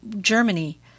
Germany